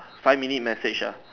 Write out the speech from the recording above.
five minute message ah